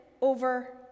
over